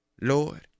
Lord